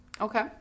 Okay